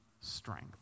strength